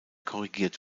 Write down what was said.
korrigiert